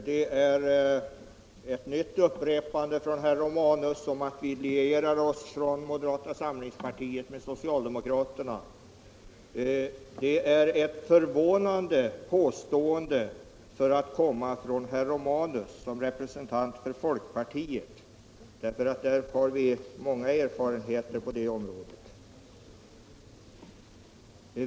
Herr talman! Herr Romanus upprepar på nytt att moderata samlingspartiet lierar sig med socialdemokraterna. Det är ett förvånande påstående för att komma från herr Romanus som representant för folkpartiet där man har många erfarenheter på det området.